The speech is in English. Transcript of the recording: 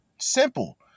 simple